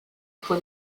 fue